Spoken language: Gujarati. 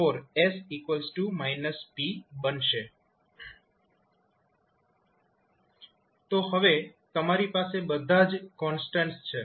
તો હવે તમારી પાસે બધા જ કોન્સ્ટન્ટ્સ છે